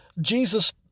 Jesus